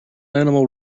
animal